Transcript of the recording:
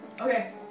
Okay